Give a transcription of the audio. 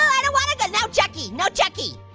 i didn't wanna, but no chucky, no chucky.